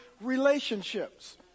relationships